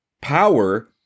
Power